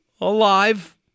alive